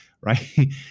right